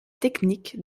techniques